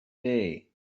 day